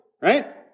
right